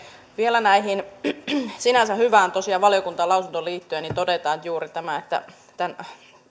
vielä sinänsä hyvään valiokuntalausuntoon liittyen tosiaan totean juuri tämän että